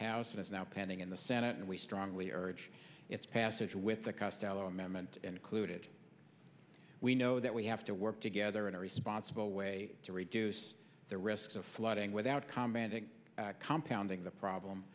house it is now pending in the senate and we strongly urge its passage with the castelo amendment included we know that we have to work together in a responsible way to reduce the risk of flooding without commenting compound the problem